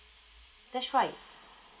that's right